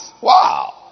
Wow